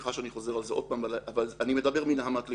סליחה שאני חוזר על זה עוד פעם אבל אני מדבר מנהמת ליבי.